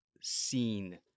seen